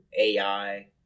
AI